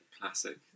Classic